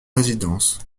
résidences